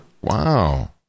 Wow